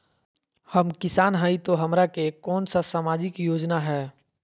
हम किसान हई तो हमरा ले कोन सा सामाजिक योजना है?